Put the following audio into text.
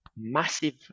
massive